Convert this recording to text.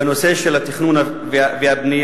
בנושא של התכנון והבנייה,